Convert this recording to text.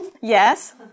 Yes